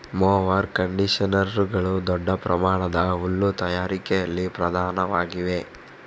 mower ಕಂಡಿಷನರುಗಳು ದೊಡ್ಡ ಪ್ರಮಾಣದ ಹುಲ್ಲು ತಯಾರಿಕೆಯಲ್ಲಿ ಪ್ರಧಾನವಾಗಿವೆ